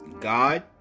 god